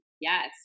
Yes